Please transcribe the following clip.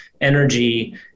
energy